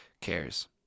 cares